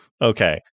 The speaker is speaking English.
Okay